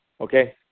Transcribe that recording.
okay